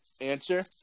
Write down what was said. answer